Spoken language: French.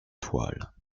toile